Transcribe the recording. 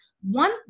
one